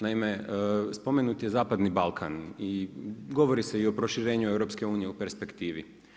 Naime, spomenut je zapadni Balkan i govori se i o proširenju EU-a u perspektivi.